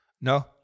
No